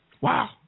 wow